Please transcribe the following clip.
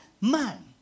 man